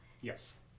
Yes